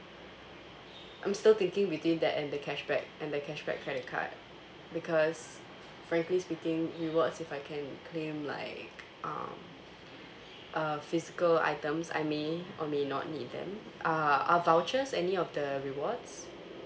I'm still thinking within that and the cashback and the cashback credit card because frankly speaking rewards if I can claim like um uh physical items I may or may not need them are are vouchers any of the rewards